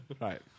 Right